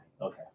Okay